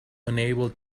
unable